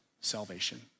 salvation